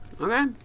Okay